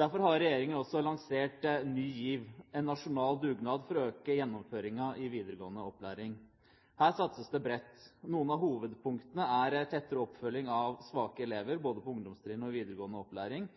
Derfor har regjeringen også lansert Ny GIV, en nasjonal dugnad for å øke gjennomføringen i videregående opplæring. Her satses det bredt. Noen av hovedpunktene er tettere oppfølging av svake elever, både på ungdomstrinnet og i videregående opplæring,